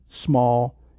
small